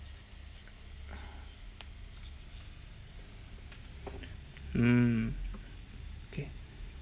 mm okay